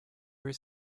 were